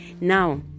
now